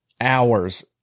Hours